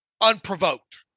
unprovoked